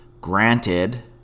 Granted